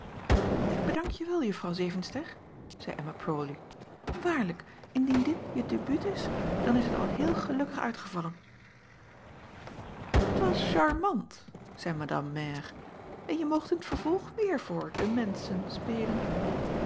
k bedank je wel uffrouw evenster zeî mma rawley waarlijk indien dit je début is dan is het al heel gelukkig uitgevallen t as charmant zeî madame mère en je moogt in t vervolg weêr voor de menschen spelen